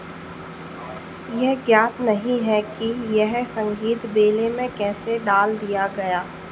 यह ज्ञात नहीं है कि यह संगीत बैले में कैसे डाल दिया गया